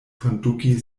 konduki